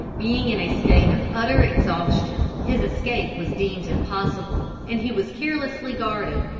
being in a state of utter exhaustion his escape was deemed impossible, and he was carelessly guarded.